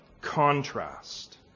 contrast